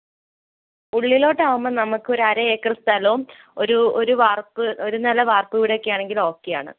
ഉള്ളിലോട്ടാവുമ്പോൾ നമുക്ക് ഒരു അര ഏക്കർ സ്ഥലോം ഒരു ഒരു വാർപ്പ് ഒരു നില വാർപ്പൂ വീടൊക്കെയാണെങ്കിൽ ഓക്കെയാണ്